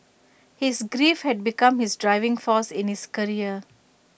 his grief had become his driving force in his career